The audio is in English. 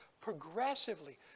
progressively